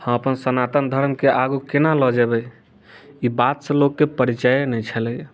हम अपन सनातन धर्म के आगू केना लए जेबै ई बात सँ लोकके परिचये नहि छलै